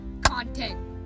content